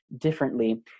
differently